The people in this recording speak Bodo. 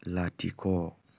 लाथिख'